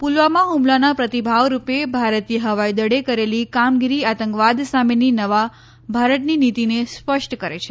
પુલવામા હુમલાનાં પ્રતિભાવરૂપે ભારતીય હવાઈદળે કરેલી કામગીરી આતંકવાદ સામેની નવા ભારતની નીતીને સ્પષ્ટ કરે છે